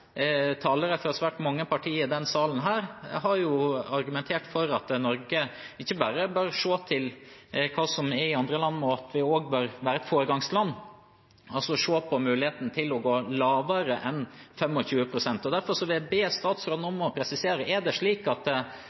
talere fra svært mange partier i denne salen har argumentert for at Norge ikke bare bør se til hva som er i andre land, men at vi også bør være et foregangsland, altså se på muligheten til å gå lavere enn 25 pst. Derfor vil jeg be statsråden om å presisere: Legger regjeringen til grunn at